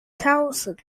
towson